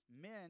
men